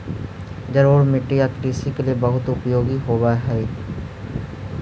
जलोढ़ मिट्टी या कृषि के लिए बहुत उपयोगी होवअ हई